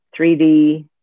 3D